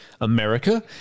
America